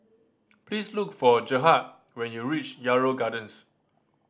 please look for Gerhard when you reach Yarrow Gardens